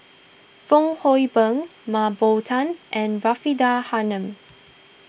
Fong Hoe Beng Mah Bow Tan and Faridah Hanum